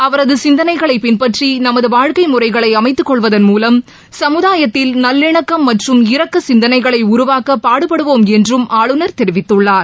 அவரதுசிந்தனைகளைபின்பற்றிநமதுவாழ்க்கைமுறைகளைஅமைத்துக்கொள்வதன் மூலம் சமுதாயத்தில் நல்லிணக்கம் மற்றும் இரக்கசித்தனைகளைஉருவாக்கபாடுபடுவோம் என்றும் ஆளுநர் தெரிவித்துள்ளார்